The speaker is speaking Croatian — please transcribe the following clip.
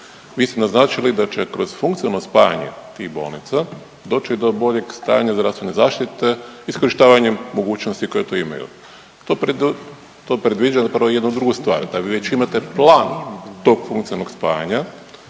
mi smo naznačili da će kroz funkcionalno spajanje tih bolnica doći do boljeg stanja zdravstvene zaštite, iskorištavanjem mogućnosti koje tu imaju. To predviđa broj 1, drugu stvar, da vi već imate plan tog funkcionalnog spajanja